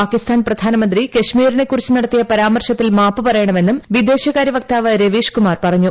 പാക്കിസ്ഥാൻ പ്രധാനമന്ത്രി കശ്മീരിനെക്കുറിച്ച് നടത്തിയ്യ പരാമർശത്തിൽ മാപ്പ് പറയണമെന്നും വിദേശകാര്യ വക്താവ് രവീഷ്കുമാർ പറഞ്ഞു